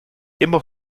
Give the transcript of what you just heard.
immer